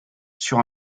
sur